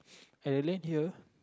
I relate you